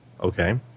okay